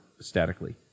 statically